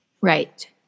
Right